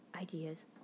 ideas